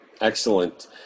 Excellent